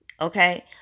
Okay